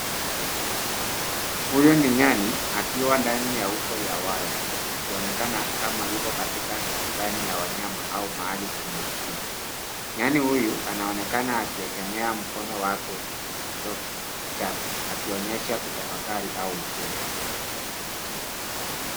Huyu ni nyani, akiwa ndani ya uso wa waya. Akionekana kama yuko katika bustani ya wanyama, au mahali penye uzio. Nyani huyu, anaonekana akiegemea mkono wake, kwenye kidofu chake, akionyesha kutafakari, au huzuni.